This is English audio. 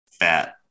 fat